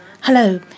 Hello